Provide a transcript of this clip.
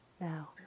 now